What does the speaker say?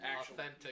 authentic